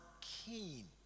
keen